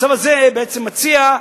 הצו הזה בעצם מציע,